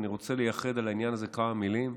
ואני רוצה לייחד לנושא הזה כמה מילים,